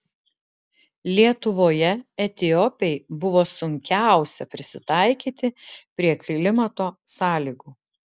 lietuvoje etiopei buvo sunkiausia prisitaikyti prie klimato sąlygų